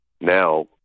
Now